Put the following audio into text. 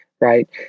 right